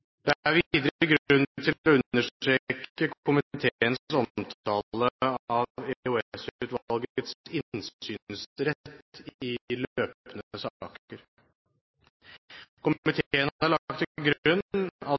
videre grunn til å understreke komiteens omtale av EOS-utvalgets innsynsrett i løpende saker. Komiteen har lagt til grunn at